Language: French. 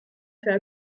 fait